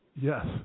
Yes